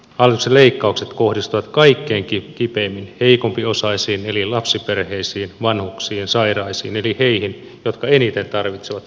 hallituksen leikkaukset kohdistuvat kaikkein kipeimmin heikompiosaisiin eli lapsiperheisiin vanhuksiin sairaisiin eli heihin jotka eniten tarvitsevat kuntapalveluita